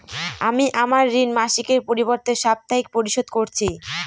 আমি আমার ঋণ মাসিকের পরিবর্তে সাপ্তাহিক পরিশোধ করছি